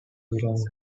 belong